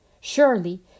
Surely